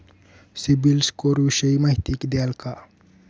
CIBIL score विषयी माहिती द्याल का?